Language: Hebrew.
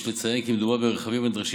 יש לציין כי מדובר ברכבים הנדרשים